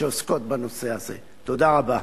תודה רבה.